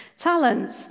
Talents